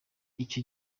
icyo